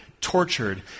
tortured